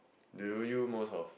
do you you most of